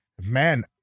man